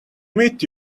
meet